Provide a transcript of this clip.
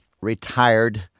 retired